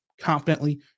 confidently